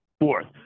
fourth